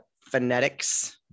phonetics